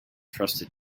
trusted